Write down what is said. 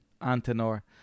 Antenor